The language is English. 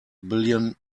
billion